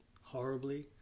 horribly